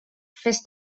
fes